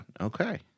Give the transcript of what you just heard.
Okay